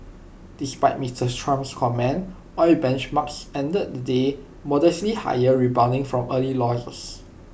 despite Mister Trump's comments oil benchmarks ended the day modestly higher rebounding from early losses